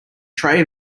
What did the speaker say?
tray